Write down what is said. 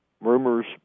rumors